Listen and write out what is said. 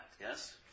yes